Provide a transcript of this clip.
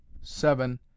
seven